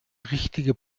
richtige